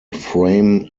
frame